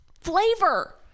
flavor